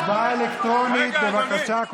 הצבעה אלקטרונית, בבקשה.